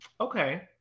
Okay